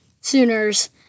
Sooners